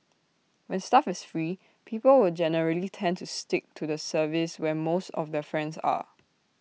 when stuff is free people will generally tend to stick to the service where most of their friends are